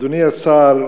אדוני השר,